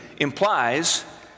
implies